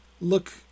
look